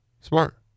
Smart